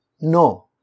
No